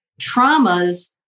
traumas